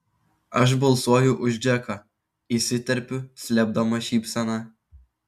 aš balsuoju už džeką įsiterpiu slėpdama šypseną